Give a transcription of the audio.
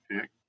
pick